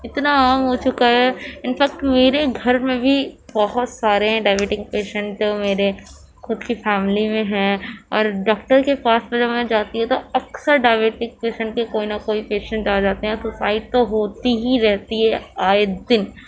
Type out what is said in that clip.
اتنا عام ہو چکا ہے انفیکٹ میرے گھر میں بھی بہت سارے ہیں ڈائبیٹک پیشنٹ میرے خود کی فیملی میں ہیں اور ڈاکٹر کے پاس جب میں جاتی ہوں تو اکثر ڈائبیٹک پیشنٹ کے کوئی نہ کوئی پیشنٹ آ جاتے ہیں سوسائیڈ تو ہوتی ہی رہتی ہے آئے دن